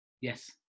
Yes